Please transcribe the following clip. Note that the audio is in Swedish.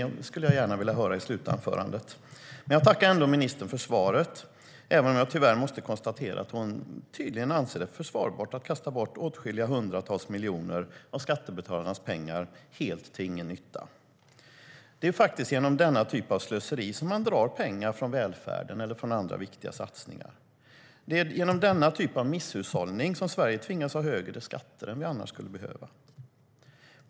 Det skulle jag gärna vilja höra i slutanförandet. Det är genom den typen av slöseri som man drar pengar från välfärden eller andra viktiga satsningar. Det är genom den typen av misshushållning som Sverige tvingas ha högre skatter än vi annars skulle behöva.